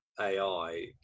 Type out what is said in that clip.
AI